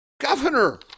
Governor